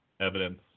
evidence